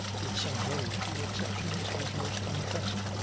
with some very few exceptions, is most manifest.